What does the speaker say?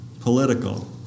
political